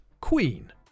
Queen